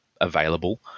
available